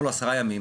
אומר לו עשרה ימים,